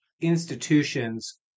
institutions –